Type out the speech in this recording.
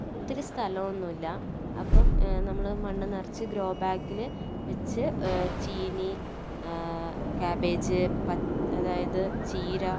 ഒത്തിരി സ്ഥലമൊന്നുമില്ല അപ്പം നമ്മള് മണ്ണ് നിറച്ച് ഗ്രോ ബാഗില് വച്ച് ചീനി ക്യാബേജ് പ അതായത് ചീര